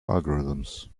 algorithms